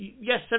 yes